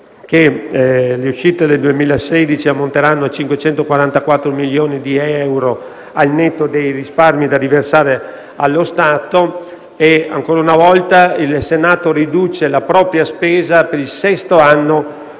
Le uscite ammonteranno a 544 milioni di euro, al netto dei risparmi da riversare allo Stato. Ancora una volta, il Senato riduce la propria spesa per il sesto anno